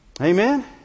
Amen